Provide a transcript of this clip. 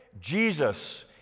Jesus